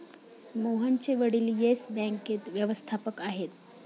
मोहनचे वडील येस बँकेत व्यवस्थापक आहेत